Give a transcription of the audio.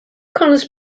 connors